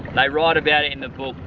they write about it in the book,